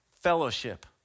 fellowship